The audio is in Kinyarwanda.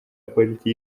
politiki